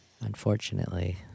Unfortunately